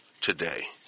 today